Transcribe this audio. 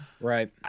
Right